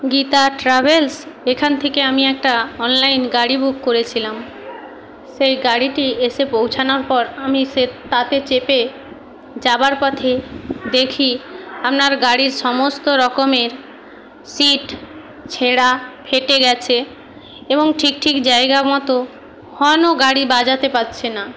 Gita travels এখান থেকে আমি একটা অনলাইন গাড়ি বুক করেছিলাম সেই গাড়িটি এসে পৌঁছানোর পর আমি সে তাতে চেপে যাওয়ার পথে দেখি আপনার গাড়ির সমস্ত রকমের সিট ছেঁড়া ফেটে গেছে এবং ঠিক ঠিক জায়গা মতো হর্নও গাড়ি বাজাতে পাচ্ছে না